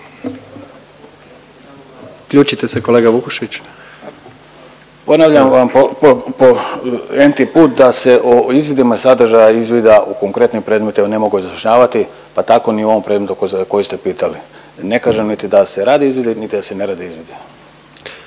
Isključite se kolega Vukušić. **Turudić, Ivan** Ponavljam vam po n-ti put da se o izvidima sadržaja izvida u konkretnim predmetima ne mogu izjašnjavati pa tako ni u ovom predmetu za koji pitali. Ne kažem niti da se rade izvidi, niti da se ne rade izvidi.